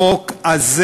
החוק הזה